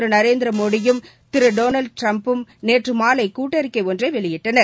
திரு Narendra Modi Thiru Donald டிரம்பும் நேற்று மாலை கூட்டறிக்கை ஒன்றை வெளியிட்டனர்